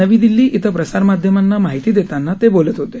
नवी दिल्ली क्वे प्रसारमाध्यमांना माहिती देताना ते बोलत होते